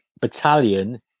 battalion